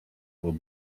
will